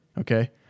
okay